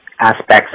aspects